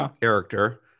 character